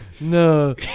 No